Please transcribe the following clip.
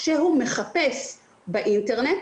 כשהוא מחפש באינטרנט,